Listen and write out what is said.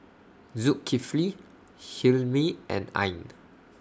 Zulkifli Hilmi and Ain